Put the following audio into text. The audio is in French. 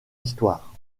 histoire